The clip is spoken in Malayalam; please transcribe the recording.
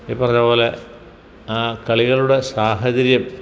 ഇപ്പറഞ്ഞപോലെ ആ കളികളുടെ സാഹചര്യം